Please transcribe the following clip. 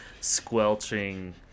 squelching